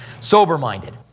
sober-minded